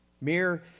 Mere